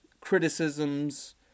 criticisms